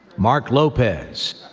mark lopez,